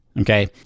Okay